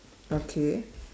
okay